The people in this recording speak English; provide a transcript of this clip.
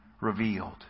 revealed